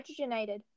hydrogenated